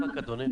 אני